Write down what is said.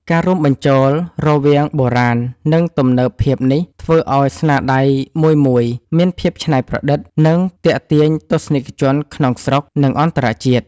ការរួមបញ្ចូលរវាងបុរាណ និងទំនើបភាពនេះ ធ្វើឲ្យស្នាដៃមួយៗ មានភាពច្នៃប្រឌិត និងទាក់ទាញទស្សនិកជនក្នុងស្រុក និងអន្តរជាតិ។